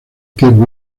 keith